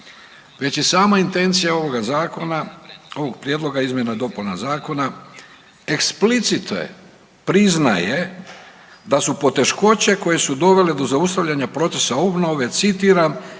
Već je sama intencija ovoga Zakona, ovog Prijedloga izmjena i dopuna zakona eksplicite priznaje da su poteškoće koje su dovele do zaustavljanja procesa obnove, citiram: